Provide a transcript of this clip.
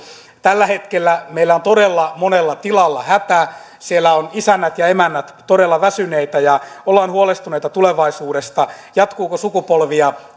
tällä hetkellä meillä on todella monella tilalla hätä siellä ovat isännät ja emännät todella väsyneitä ja ollaan huolestuneita tulevaisuudesta jatkuuko sukupolvia